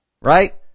Right